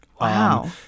Wow